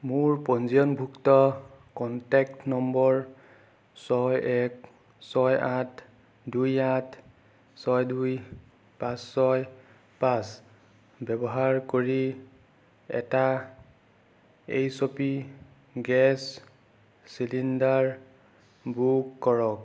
মোৰ পঞ্জীয়নভুক্ত contact number ছয় এক ছয় আঠ দুই আঠ ছয় দুই পাঁচ ছয় পাঁচ ব্যৱহাৰ কৰি এটা এইচপি গেছ চিলিণ্ডাৰ বুক কৰক